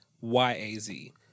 Y-A-Z